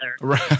Right